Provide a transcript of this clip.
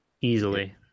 Easily